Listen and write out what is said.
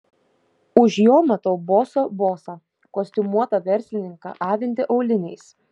už jo matau boso bosą kostiumuotą verslininką avintį auliniais